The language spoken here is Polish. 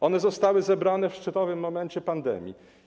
Podpisy zostały zebrane w szczytowym momencie pandemii.